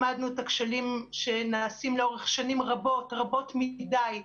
למדנו את הכשלים שנעשים לאורך שנים רבות רבות מידיי.